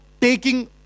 taking